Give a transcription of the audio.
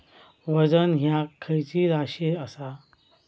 वजन ह्या खैची राशी असा?